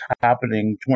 happening